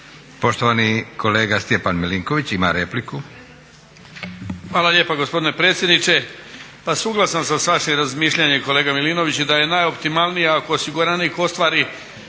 Poštovani kolega Stjepan Milinković ima repliku. **Milinković, Stjepan (HDZ)** Hvala lijepa gospodine predsjedniče. Pa suglasan sam sa vašim razmišljanjem kolega Milinović da je najoptimalnije ako osiguranik ostvari